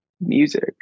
music